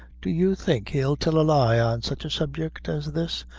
do you think he'd tell a lie on such a subject as this?